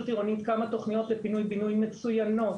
עירונית כמה תכניות לפינוי בינוי מצוינות,